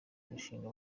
kurushinga